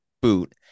boot